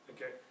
Okay